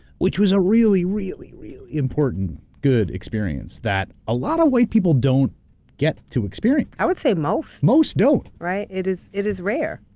which was a really, really, really important, good experience that a lot of white people don't get to experience. i would say most. most don't. right? it is it is rare.